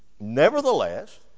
Nevertheless